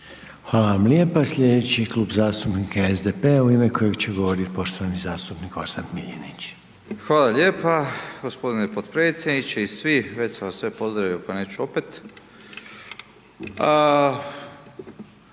Hvala vam lijepa. Slijedeći klub zastupnika SDP-a u ime kojega će govoriti poštovani zastupnik Orsat Miljenić. **Miljenić, Orsat (SDP)** Hvala lijepa gospodine potpredsjedniče i svi, već sam vas sve pozdravio, pa neću opet.